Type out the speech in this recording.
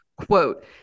Quote